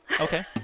Okay